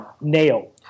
nail